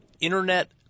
Internet